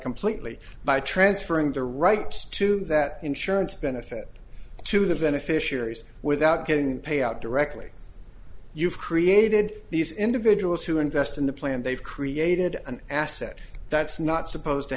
completely by transferring the rights to that insurance benefit to the beneficiaries without getting payout directly you've created these individuals who invest in the plan they've created an asset that's not supposed to